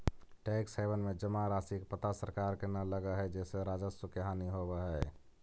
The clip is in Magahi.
टैक्स हैवन में जमा राशि के पता सरकार के न लगऽ हई जेसे राजस्व के हानि होवऽ हई